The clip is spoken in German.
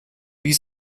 wie